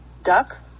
duck